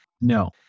No